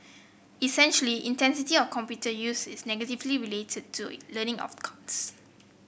essentially intensity of computer use is negatively related to learning outcomes